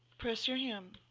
press your hem.